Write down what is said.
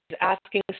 asking